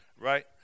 Right